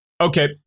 Okay